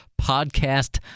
podcast